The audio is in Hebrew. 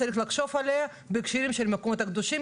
צריך לחשוב עליה בהקשרים של המקומות הקדושים,